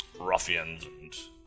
ruffians